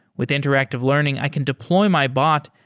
with interactive learning, i can deploy my bot,